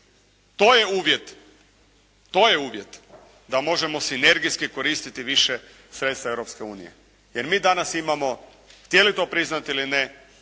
To je uvjet. To je uvjet da možemo sinergijski koristiti više sredstava Europske unije. Jer mi danas imamo htjeli to priznati ili ne